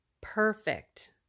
perfect